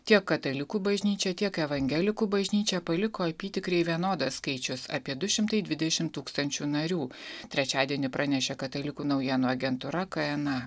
tiek katalikų bažnyčia tiek evangelikų bažnyčią paliko apytikriai vienodas skaičius apie du šimtai dvidešimt tūkstančių narių trečiadienį pranešė katalikų naujienų agentūra kajena